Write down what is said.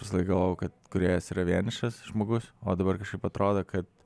visąlaik galvojau kad kūrėjas yra vienišas žmogus o dabar kažkaip atrodo kad